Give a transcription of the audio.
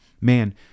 man